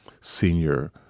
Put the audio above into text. senior